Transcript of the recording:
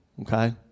okay